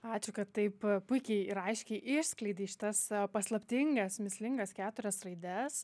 ačiū kad taip puikiai ir aiškiai išskleidė šitas savo paslaptingas mįslingas keturias raides